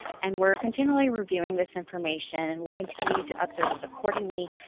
and we're continually reviewing this information and will continue to update it accordingly,